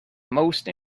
most